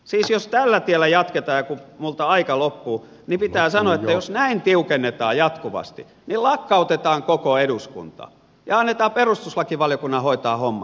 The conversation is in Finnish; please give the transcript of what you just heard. siis jos tällä tiellä jatketaan ja kun minulta aika loppuu niin pitää sanoa että jos näin tiukennetaan jatkuvasti niin lakkautetaan koko eduskunta ja annetaan perustuslakivaliokunnan hoitaa hommat